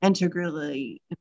integrally